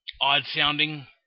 odd-sounding